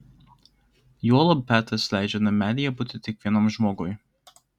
juolab petras leidžia namelyje būti tik vienam žmogui